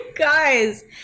guys